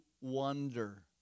Wonder